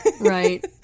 right